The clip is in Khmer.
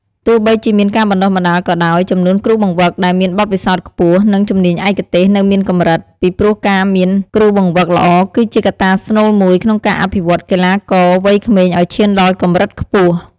ទោះបីជាមានការបណ្តុះបណ្តាលក៏ដោយ ចំនួនគ្រូបង្វឹកដែលមានបទពិសោធន៍ខ្ពស់ និងជំនាញឯកទេសនៅមានកម្រិត ពីព្រោះការមានគ្រូបង្វឹកល្អគឺជាកត្តាស្នូលមួយក្នុងការអភិវឌ្ឍន៍កីឡាករវ័យក្មេងឱ្យឈានដល់កម្រិតខ្ពស់។